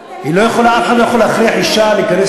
אף אחד לא יכול להכריח אישה להיכנס